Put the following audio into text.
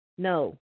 No